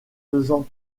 faisant